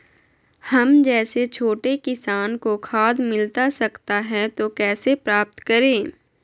हम जैसे छोटे किसान को खाद मिलता सकता है तो कैसे प्राप्त करें?